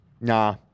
Nah